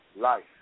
life